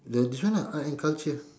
the this one lah art and culture